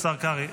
השר קרעי,